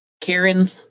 Karen